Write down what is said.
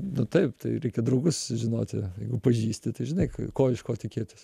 nu taip tai reikia draugus žinoti jeigu pažįsti tai žinai ko iš ko tikėtis